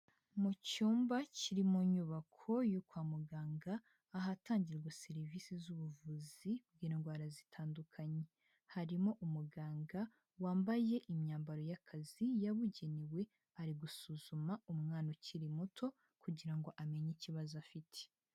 Mu cyumba kiri mu nyubako yo kwa muganga ahatangirwa serivisi z'ubuvuzi bw'indwara zitandukanye, harimo umuganga wambaye imyambaro y'akazi yabugenewe, ari gusuzuma umwana ukiri muto kugira ngo amenye ikibazo afite.